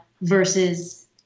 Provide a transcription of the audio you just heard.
versus